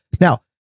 Now